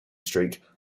streak